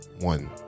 one